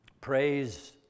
Praise